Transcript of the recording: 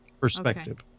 perspective